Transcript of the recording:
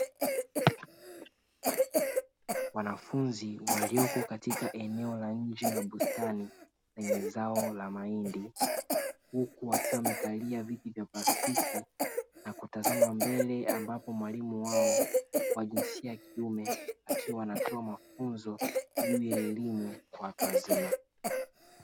Wanafunzi walioko katika eneo la nje la bustani lenye zao la mahindi, huku wakiwa wamekalia viti vya plastiki na kutazama mbele ambapo mwalimu wao wa jinsia ya kiume akiwa anatoa mafunzo juu ya elimu kwa watu wazima.